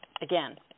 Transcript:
Again